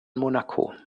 monaco